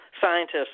scientists